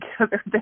together